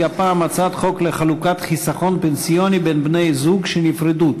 הפעם הצעת חוק לחלוקת חיסכון פנסיוני בין בני-זוג שנפרדו,